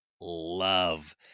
love